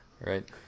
Right